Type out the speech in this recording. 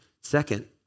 Second